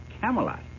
Camelot